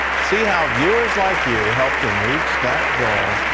see how viewers like you helped him reach that goal,